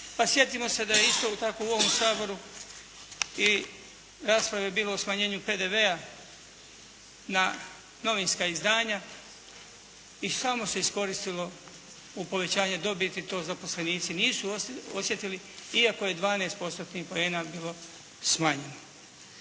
Pa sjetimo se da je isto tako u ovom Saboru i rasprave bilo o smanjenju PDV-a na novinska izdanja i samo se iskoristilo u povećanje dobiti. To zaposlenici nisu osjetili iako je 12 postotnih poena bilo smanjeno.